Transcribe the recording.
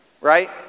Right